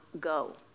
go